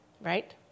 Right